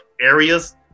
areas